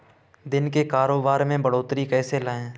दिन के कारोबार में बढ़ोतरी कैसे लाएं?